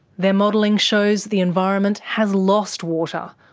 their modelling shows the environment has lost water,